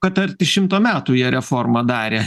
kad arti šimto metų jie reformą darė